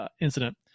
incident